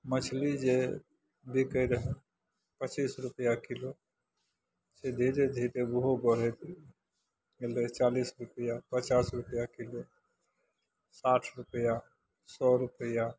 मछली जे बिकै रहै पचीस रुपैआ किलो से धीरे धीरे ओहो बढ़ैत गेलै भेलै चालीस रुपैआ पचास रुपैआ किलो साठि रुपैआ सए रुपैआ